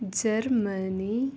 Germany